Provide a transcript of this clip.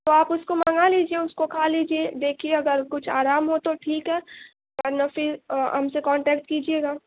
تو آپ اس کو منگا لیجیے اس کو کھا لیجیے دیکھیے اگر کچھ آرام ہو تو ٹھیک ہے ورنہ پھر ہم سے کنٹیکٹ کیجیے گا